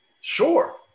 sure